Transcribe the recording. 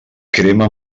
crema